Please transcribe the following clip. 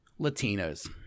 Latinos